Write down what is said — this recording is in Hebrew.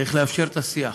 צריך לאפשר את השיח,